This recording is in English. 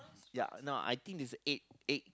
ya no I think is egg egg